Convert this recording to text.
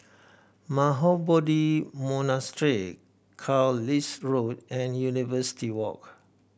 Mahabodhi Monastery Carlisle Road and University Walk